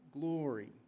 glory